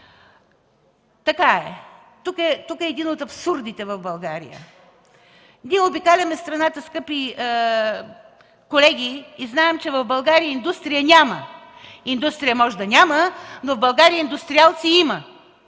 Така е, тук е един от абсурдите в България. Ние обикаляме страната, скъпи колеги, и знаем, че в България индустрия няма. Индустрия може да няма, но в България индустриалци има,